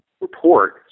report